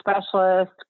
specialist